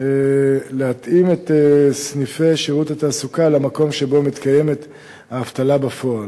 להתאים את סניפי שירות התעסוקה למקום שבו מתקיימת האבטלה בפועל.